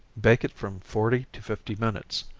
bake it from forty to fifty minutes.